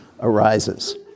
arises